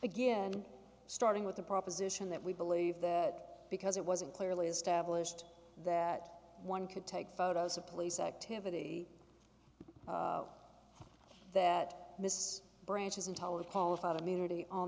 again starting with the proposition that we believe that because it wasn't clearly established that one could take photos of police activity that this branch is entirely qualified immunity on